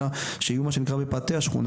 אלא שיהיו מה שנקרא בפאתי השכונה,